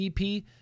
EP